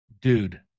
dude